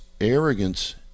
arrogance